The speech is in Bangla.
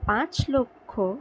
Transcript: পাঁচ লক্ষ